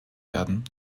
werden